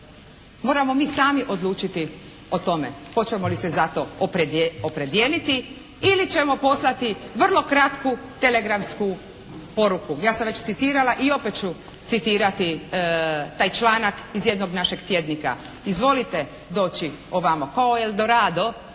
moramo mi sami odlučiti o tome hoćemo li se za to opredijeliti ili ćemo poslati vrlo kratku telegramsku poruku. Ja sam već citirala i opet ću citirati taj članak iz jednog našeg tjednika: "Izvolite doći ovamo." Kao Eldorado